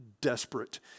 desperate